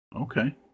Okay